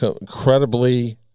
incredibly